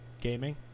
Gaming